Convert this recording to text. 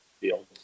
field